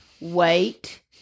wait